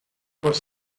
was